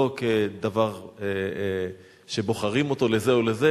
לא כדבר שבוחרים אותו לזה או לזה,